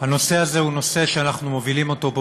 הנושא הזה הוא נושא שאנחנו מובילים אותו פה,